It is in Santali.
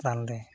ᱨᱟᱱᱞᱮ